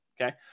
Okay